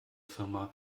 firma